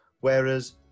whereas